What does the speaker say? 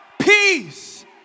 peace